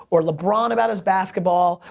or lebron about his basketball,